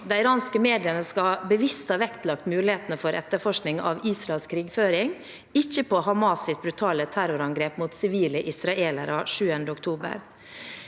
De iranske mediene skal bevisst ha vektlagt mulighetene for etterforskning av Israels krigføring, ikke Hamas’ brutale terrorangrep mot sivile israelere 7. oktober.